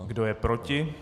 Kdo je proti?